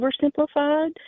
oversimplified